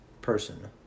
person